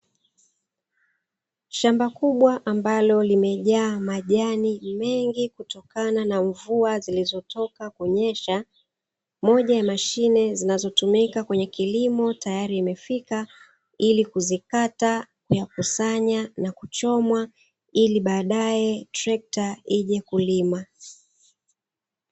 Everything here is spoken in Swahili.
Shamba kubwa ambalo limejaa majani mengi kutokana na mvua zilizotoka kunyesha. Moja ya mashine zinazotumika kwenye kilimo tayari imefika ilikuzikata, kuyakusanya na kuchomwa ili badae trekta ije kulima.